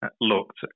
looked